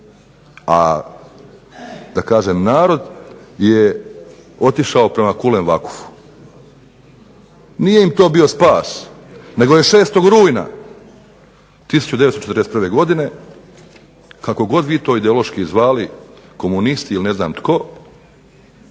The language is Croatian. a da kažem narod je otišao prema Kulen Vakufu. Nije im to bio spas, nego je 6. rujna 1941. godine kako god vi to ideološki zvali komunisti ili ne znam tko